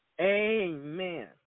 amen